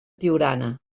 tiurana